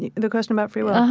the the question about free will?